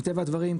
מטבע הדברים,